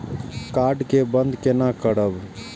Card के बन्द केना करब?